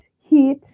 heat